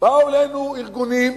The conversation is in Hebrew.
באו אלינו ארגונים,